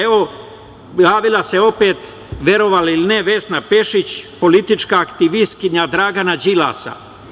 Evo, javila se opet, verovali ili ne Vesna Pešić politička, aktivistkinja Dragana Đilasa.